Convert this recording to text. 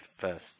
first